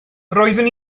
roeddwn